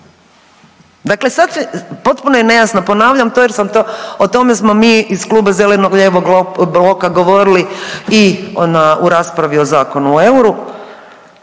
Dakle, potpuno je nejasno, ponavljam to jer sam to, o tome smo mi iz kluba Zeleno-lijevog bloka govorili i u raspravi o Zakonu o euru.